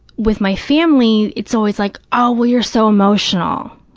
with my family it's always like, oh, well, you're so emotional,